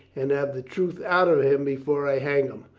and have the truth out of him before i hang him.